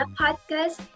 podcast